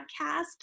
podcast